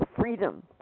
freedom